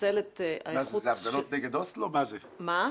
אלה התמונות של פגיעות המכת"זית.